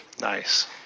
Nice